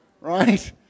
Right